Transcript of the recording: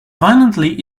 violently